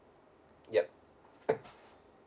yup